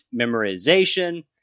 memorization